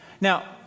Now